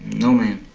no ma'am.